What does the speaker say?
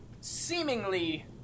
seemingly